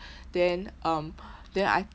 then um then I